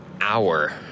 hour